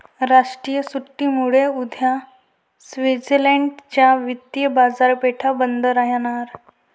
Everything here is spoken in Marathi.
राष्ट्रीय सुट्टीमुळे उद्या स्वित्झर्लंड च्या वित्तीय बाजारपेठा बंद राहणार